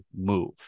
move